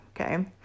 okay